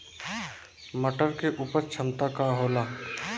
मटर के उपज क्षमता का होला?